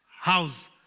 house